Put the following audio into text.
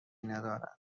ندارند